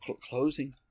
closing